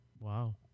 Wow